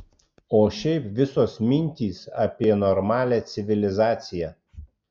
o šiaip visos mintys apie normalią civilizaciją